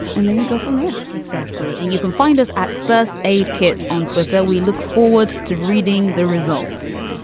and then we go from there. exactly. and you can find us at first aid kits on twitter. we look forward to reading the results.